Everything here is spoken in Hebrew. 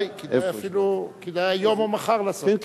כדאי היום או מחר לעשות את זה.